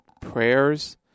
prayers